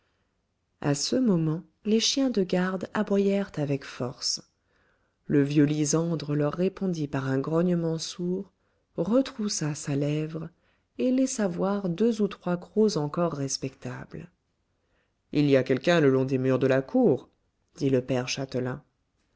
à ce moment les chiens de garde aboyèrent avec force le vieux lysandre leur répondit par un grognement sourd retroussa sa lèvre et laissa voir deux ou trois crocs encore respectables il y a quelqu'un le long des murs de la cour dit le père châtelain